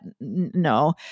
no